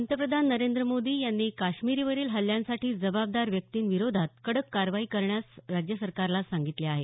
पंतप्रधान नरेंद्र मोदी यांनी काश्मीरींवरील हल्ल्यांसाठी जबाबदार व्यक्तींविरोधात कडक कारवाई करण्यास राज्य सरकारला सांगितले आहे